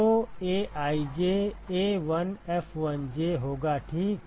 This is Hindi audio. तो aij A1F1j होगा ठीक